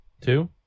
two